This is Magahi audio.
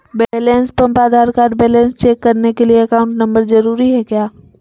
Balance pump Aadhaar card balance check करने के लिए अकाउंट नंबर जरूरी है क्या?